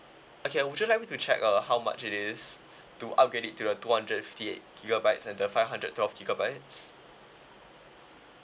okay would you like me to check uh how much it is to upgrade it to a two hundred and fifty eight gigabytes and the five hundred twelve gigabytes